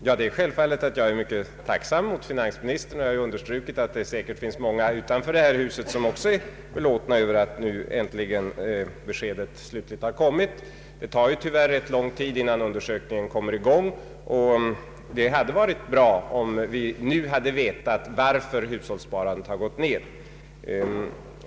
Herr talman! Självfallet är jag mycket tacksam mot finansministern, och jag har understrukit att det säkert finns många utanför det här huset som också är belåtna över att det slutliga beskedet nu äntligen har kommit. Det tar tyvärr rätt lång tid innan undersökningen kommer i gång, och det hade varit bra om vi nu hade vetat varför hushållssparandet har minskat.